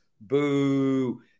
Boo